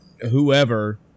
whoever